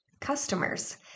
customers